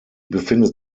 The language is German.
befindet